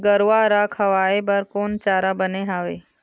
गरवा रा खवाए बर कोन चारा बने हावे?